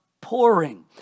pouring